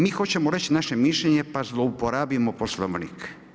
Mi hoćemo reći naše mišljenje, pa zlouporabimo Poslovnik.